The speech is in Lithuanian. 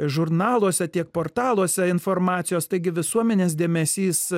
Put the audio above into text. žurnaluose tiek portaluose informacijos taigi visuomenės dėmesys